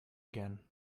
again